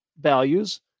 values